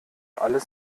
alles